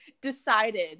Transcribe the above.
decided